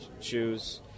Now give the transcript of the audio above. shoes